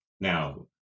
now